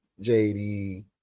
JD